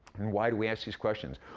and why do we ask these questions?